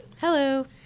Hello